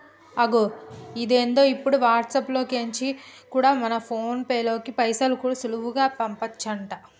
అగొ ఇదేంది ఇప్పుడు వాట్సాప్ లో కెంచి కూడా మన ఫోన్ పేలోకి పైసలు చాలా సులువుగా పంపచంట